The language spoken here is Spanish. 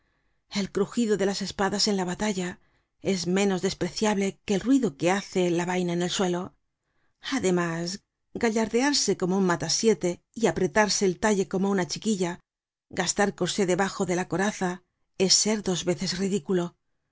el crujido de las espadas en la batalla es menos miserable que el ruido que hace la vaina en el suelo además gallardearse como un mata siete y apretarse el talle como una chiquilla gastar corse debajo de la coraza es ser dos veces ridículo